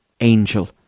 angel